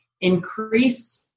increase